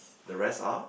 the rest are